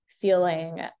feeling